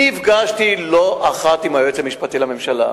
נפגשתי לא אחת עם היועץ המשפטי לממשלה,